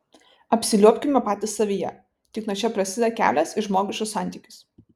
apsiliuobkime patys savyje tik nuo čia prasideda kelias į žmogiškus santykius